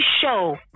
show